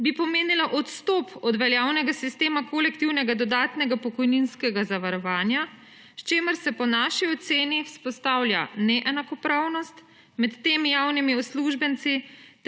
bi pomenila odstop od veljavnega sistema kolektivnega dodatnega pokojninskega zavarovanja, s čimer se po naši oceni vzpostavlja neenakopravnost med temi javnimi uslužbenci